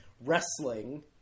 wrestling